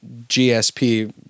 GSP